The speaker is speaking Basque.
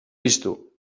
piztu